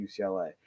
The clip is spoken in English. UCLA